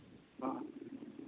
ᱦᱮᱸ